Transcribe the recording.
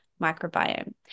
microbiome